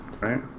right